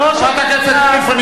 ראש הממשלה חברת הכנסת וילף,